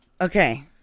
Okay